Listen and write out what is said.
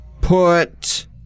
put